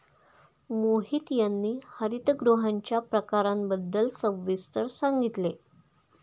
मोहित यांनी हरितगृहांच्या प्रकारांबद्दल सविस्तर सांगितले